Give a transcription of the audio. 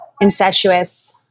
incestuous